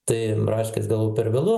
tai braškės gal jau per vėlu